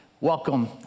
welcome